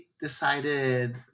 decided